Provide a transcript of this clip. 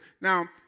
Now